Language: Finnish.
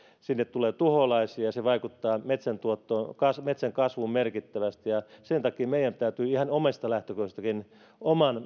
sinne tulee tuholaisia ja se vaikuttaa metsän kasvuun merkittävästi sen takia meidän täytyy ihan omista lähtökohdistakin oman